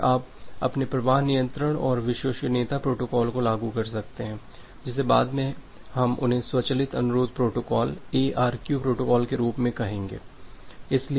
तो फिर आप अपने प्रवाह नियंत्रण और विश्वसनीयता प्रोटोकॉल को लागू कर सकते हैं जिसे बाद में हम उन्हें स्वचालित अनुरोध प्रोटोकॉल एआरक्यू प्रोटोकॉल के रूप में कहेंगे